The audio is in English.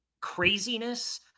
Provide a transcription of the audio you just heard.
craziness